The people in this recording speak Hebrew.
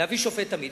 להביא שופט עמית,